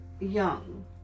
young